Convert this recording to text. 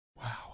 wow